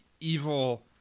evil